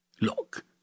Look